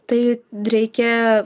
tai reikia